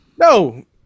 no